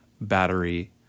battery